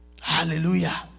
Hallelujah